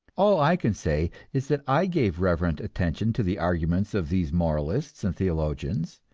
all i can say is that i gave reverent attention to the arguments of these moralists and theologians,